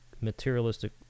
materialistic